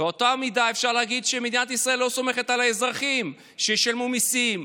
באותה המידה אפשר להגיד שמדינת ישראל לא סומכת על האזרחים שישלמו מיסים,